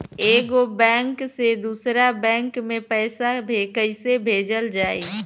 एगो बैक से दूसरा बैक मे पैसा कइसे भेजल जाई?